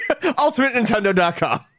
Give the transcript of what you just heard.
UltimateNintendo.com